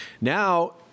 Now